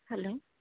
hello